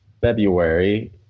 February